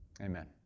Amen